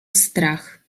strach